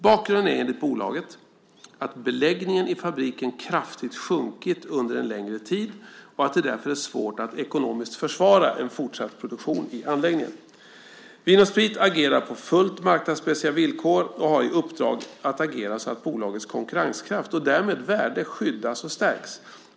Bakgrunden är enligt bolaget att beläggningen i fabriken kraftigt sjunkit under en längre tid och att det därför är svårt att ekonomiskt försvara en fortsatt produktion i anläggningen. Vin & Sprit agerar på fullt marknadsmässiga villkor och har i uppdrag att agera så att bolagets konkurrenskraft och därmed värde skyddas och stärks.